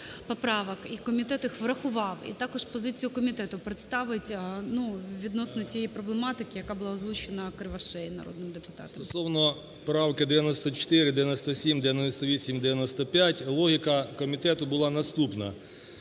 поправок, і комітет їх врахував, і також позицію комітету представить відносно цієї проблематики, яка була озвучена Кривошеєю народним депутатом. 13:31:00 КУЛІНІЧ О.І. Стосовно правки 94, 97, 98, 95 логіка комітету була наступна.